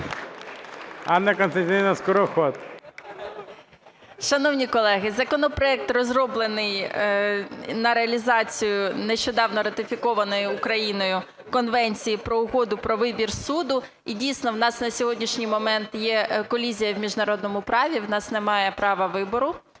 Скороход. 13:38:24 СКОРОХОД А.К. Шановні колеги, законопроект розроблений на реалізацію нещодавно ратифікованої Україною Конвенції про угоди про вибір суду. І дійсно, в нас на сьогоднішній момент є колізія в міжнародному праві, в нас немає права вибору